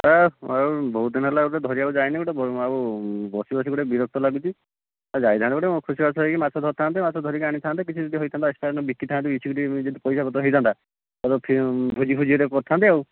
ଏ ଆଉ ବହୁତ ଦିନ ହେଲା ଗୋଟେ ଧରିବାକୁ ଯାଇନେ ଗୋଟେ ଆଉ ବସି ବସି ଗୋଟେ ବିରକ୍ତ ଲାଗୁଛି ଆଉ ଯାଇଥାନ୍ତେ ଗୋଟେ ଖୁସିବାସ ହୋଇକି ମାଛ ଧରିଥାନ୍ତେ ମାଛ ଧରିକି ଆଣିଥାନ୍ତେ କିଛି ଯଦି ହୋଇଥାନ୍ତା ଏକ୍ସଟ୍ରା ବିକିଥାନ୍ତେ କିଛି ଯଦି ପଇସା ପତ୍ର ହୋଇଥାନ୍ତା ଭୋଜି ଫୋଜି ଗୋଟେ କରିଥାନ୍ତେ ଆଉ